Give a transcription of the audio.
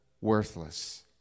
worthless